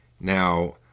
Now